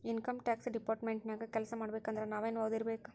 Income tax department ನ್ಯಾಗ್ ಕೆಲ್ಸಾಮಾಡ್ಬೇಕಂದ್ರ ನಾವೇನ್ ಒದಿರ್ಬೇಕು?